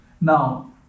Now